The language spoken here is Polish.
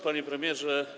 Panie Premierze!